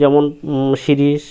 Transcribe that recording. যেমন শিরীষ